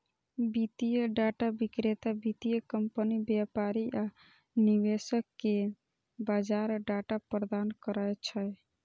वित्तीय डाटा विक्रेता वित्तीय कंपनी, व्यापारी आ निवेशक कें बाजार डाटा प्रदान करै छै